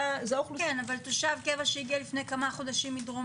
אבל תושב קבע שהגיע לפני כמה חודשים מדרום